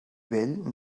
vell